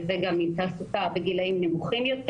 וזה גם עם תעסוקה בגילאים צעירים יותר.